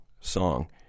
song